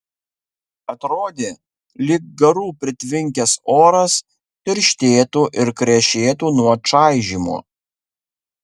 atrodė lyg garų pritvinkęs oras tirštėtų ir krešėtų nuo čaižymo